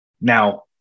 Now